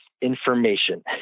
information